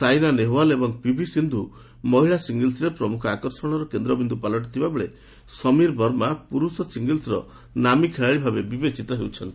ସାଇନା ନେହୱାଲ ଏବଂ ପିଭି ସିନ୍ଧୁ ମହିଳା ସିଙ୍ଗଲ୍ସରେ ପ୍ରମୁଖ ଆକର୍ଷଣ କେନ୍ଦ୍ରବିନ୍ଦୁ ପାଲଟିଥିବା ବେଳେ ସମୀର ବର୍ମା ପୁରୁଷ ସିଙ୍ଗଲ୍ସର ନାମି କେଳାଳି ଭାବେ ବିବେଚିତ ହେଉଛନ୍ତି